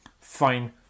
Fine